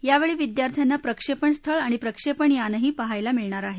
यावेळी विद्यार्थ्यांना प्रक्षेपण स्थळ आणि प्रक्षेपण यान ही पाहायला मिळणार आहे